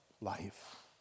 life